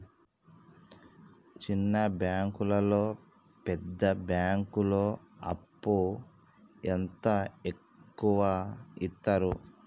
చిన్న బ్యాంకులలో పెద్ద బ్యాంకులో అప్పు ఎంత ఎక్కువ యిత్తరు?